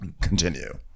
Continue